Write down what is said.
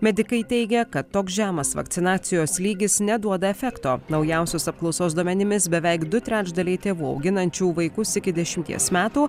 medikai teigia kad toks žemas vakcinacijos lygis neduoda efekto naujausios apklausos duomenimis beveik du trečdaliai tėvų auginančių vaikus iki dešimties metų